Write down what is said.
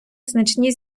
значні